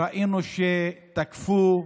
ראינו שתקפו נשים,